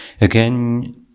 Again